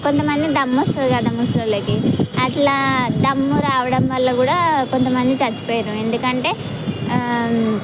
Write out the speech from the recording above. కొంతమందికి దమ్ము వస్తుంది కదా ముసలి వాళ్ళకి అట్లా దమ్ము రావడం వల్ల కూడా కొంతమంది చచ్చిపోయిర్రు ఎందుకంటే